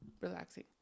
relaxing